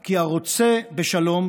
כי הרוצה בשלום